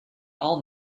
all